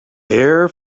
hair